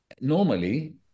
Normally